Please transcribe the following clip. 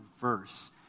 verse